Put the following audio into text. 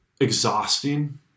exhausting